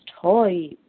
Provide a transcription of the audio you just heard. toys